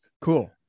cool